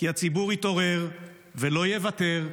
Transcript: כי הציבור התעורר ולא יוותר,